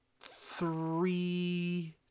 three